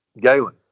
Galen